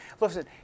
listen